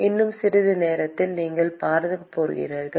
மாணவர் இன்னும் சிறிது நேரத்தில் நீங்கள் அதைப் பார்க்கப் போகிறீர்கள்